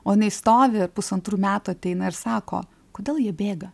o jinai stovi pusantrų metų ateina ir sako kodėl jie bėga